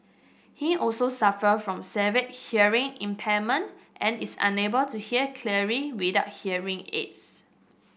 he also suffer from severe hearing impairment and is unable to hear clearly without hearing aids